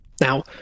Now